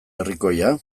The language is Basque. herrikoia